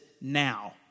now